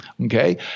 Okay